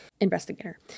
investigator